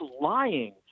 lying